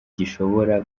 gishobora